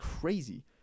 crazy